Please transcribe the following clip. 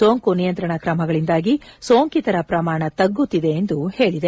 ಸೋಂಕು ನಿಯಂತ್ರಣ ಕ್ರಮಗಳಿಂದಾಗಿ ಸೋಂಕಿತರ ಪ್ರಮಾಣ ತಗ್ಗುತ್ತಿದೆ ಎಂದು ಹೇಳಿದೆ